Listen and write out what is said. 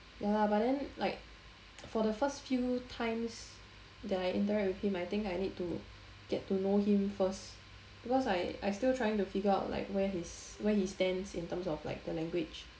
ya lah but then like for the first few times that I interact with him I think I need to get to know him first because I I still trying to figure out like where his where he stands in terms of like the language